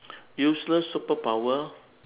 useless superpower